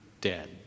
dead